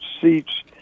seats